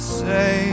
say